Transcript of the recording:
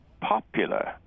popular